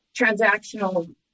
transactional